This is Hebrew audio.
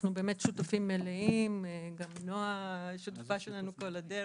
אנחנו שותפים מלאים, גם נועה שותפה שלנו כל הדרך,